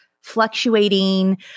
fluctuating